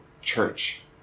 church